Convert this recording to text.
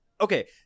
okay